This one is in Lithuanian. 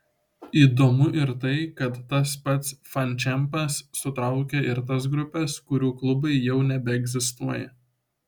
įdomu ir tai kad tas pats fančempas sutraukia ir tas grupes kurių klubai jau nebeegzistuoja